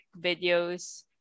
videos